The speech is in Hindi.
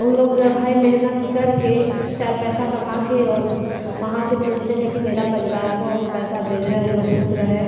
उन लोग भाई मेहनत करके चार पैसा कमा के और वहाँ से भेजते हैं कि मेरा परिवार को हम पैसा भेज रहें उन लोग खुश रहें